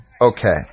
Okay